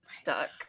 stuck